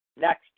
Next